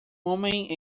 homem